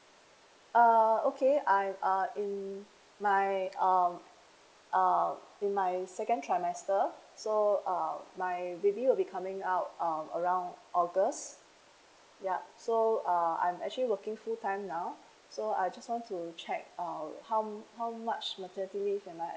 uh okay I uh in my uh uh in my second trimester so err my baby will be coming out um around august ya so err I'm actually working full time now so I just want to check uh how how much maternity leave am I